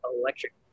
electric